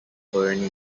bernie